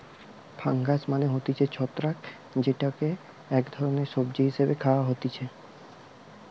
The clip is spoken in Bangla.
ফাঙ্গাস মানে হতিছে ছত্রাক যেইটা এক ধরণের সবজি হিসেবে খাওয়া হতিছে